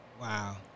Wow